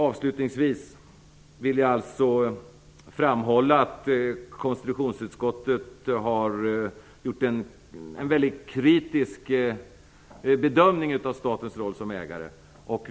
Avslutningsvis vill jag framhålla att konstitutionsutskottet har gjort en mycket kritisk bedömning av statens roll som ägare.